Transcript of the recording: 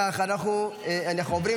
עוברים